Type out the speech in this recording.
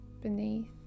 beneath